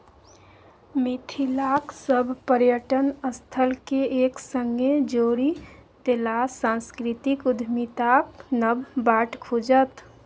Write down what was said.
मिथिलाक सभ पर्यटन स्थलकेँ एक संगे जोड़ि देलासँ सांस्कृतिक उद्यमिताक नब बाट खुजत